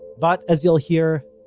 but, as you'll hear,